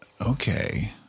okay